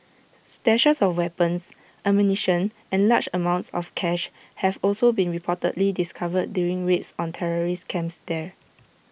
stashes of weapons ammunition and large amounts of cash have also been reportedly discovered during raids on terrorist camps there